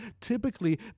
Typically